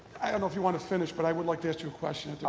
i don't know if you want to finish but i would like to ask you a question.